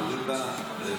קוראים לה "מחצבה",